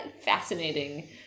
fascinating